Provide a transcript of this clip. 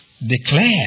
declare